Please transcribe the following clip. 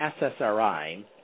SSRI